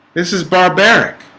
this is barbaric